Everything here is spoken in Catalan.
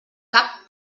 cap